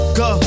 go